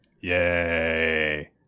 Yay